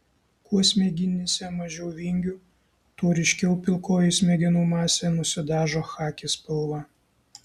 kuo smegenyse mažiau vingių tuo ryškiau pilkoji smegenų masė nusidažo chaki spalva